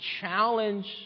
challenge